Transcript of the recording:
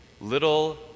little